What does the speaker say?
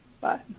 Bye